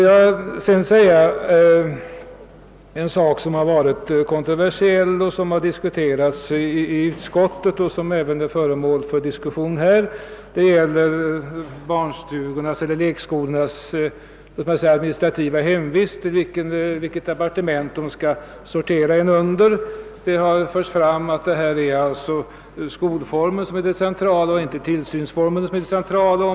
| Jag vill sedan ta upp en kontroversiell sak som diskuterats i utskottet och som också här varit föremål för diskussion. Det gäller barnstugornas administrativa hemvist, d.v.s. vilket departement de skall sortera under. Det har anförts att skolformen skulle vara det centrala och inte tillsynsverksamheten.